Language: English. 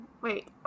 wait